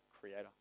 creator